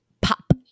pop